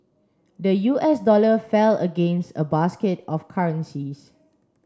the U S dollar fell against a basket of currencies